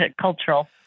cultural